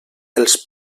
els